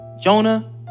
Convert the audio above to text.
Jonah